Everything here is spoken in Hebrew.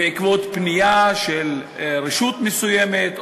בעקבות פנייה של רשות מסוימת,